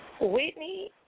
Whitney